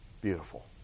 beautiful